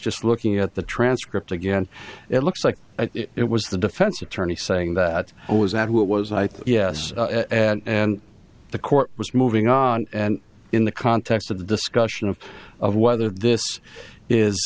just looking at the transcript again it looks like it was the defense attorney saying that oh is that who it was i thought yes and the court was moving on and in the context of the discussion of whether this is